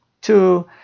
two